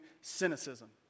cynicism